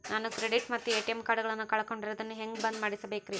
ನಾನು ಕ್ರೆಡಿಟ್ ಮತ್ತ ಎ.ಟಿ.ಎಂ ಕಾರ್ಡಗಳನ್ನು ಕಳಕೊಂಡರೆ ಅದನ್ನು ಹೆಂಗೆ ಬಂದ್ ಮಾಡಿಸಬೇಕ್ರಿ?